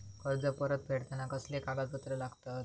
कर्ज परत फेडताना कसले कागदपत्र लागतत?